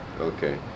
Okay